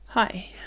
Hi